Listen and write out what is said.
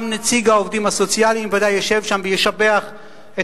גם נציג העובדים הסוציאליים ודאי ישב שם וישבח את